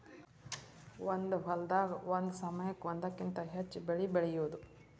ಒಂದ ಹೊಲದಾಗ ಒಂದ ಸಮಯಕ್ಕ ಒಂದಕ್ಕಿಂತ ಹೆಚ್ಚ ಬೆಳಿ ಬೆಳಿಯುದು